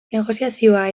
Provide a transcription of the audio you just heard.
negoziazioa